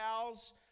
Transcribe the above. cows